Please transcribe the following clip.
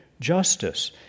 justice